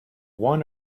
one